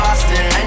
Boston